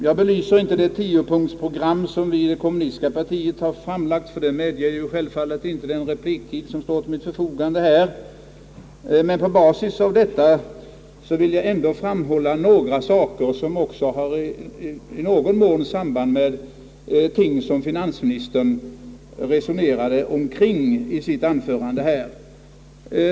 Jag kan inte här belysa det 10 punktsprogram som vi i det kommunistiska partiet har framlagt; det medger självfallet inte den repliktid som står till mitt förfogande. På basis av detta program vill jag emellertid ändå framhålla några saker som i någon mån också har samband med ting som finansministern resonerade om i sitt anförande.